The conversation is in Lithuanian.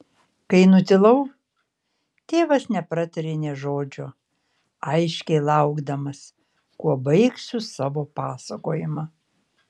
kai nutilau tėvas nepratarė nė žodžio aiškiai laukdamas kuo baigsiu savo pasakojimą